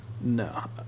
No